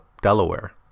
Delaware